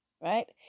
right